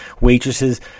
waitresses